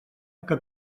que